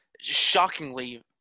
shockingly